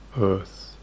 earth